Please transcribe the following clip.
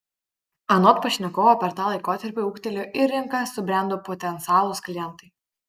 anot pašnekovo per tą laikotarpį ūgtelėjo ir rinka subrendo potencialūs klientai